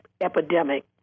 epidemic